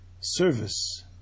service